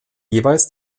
jeweils